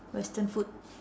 western food